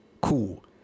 Cool